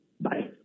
Bye